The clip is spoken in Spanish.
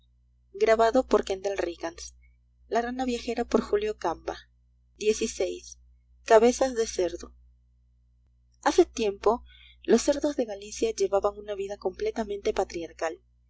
se desvanecía el humo xvi cabezas de cerdo hace tiempo los cerdos de galicia llevaban una vida completamente patriarcal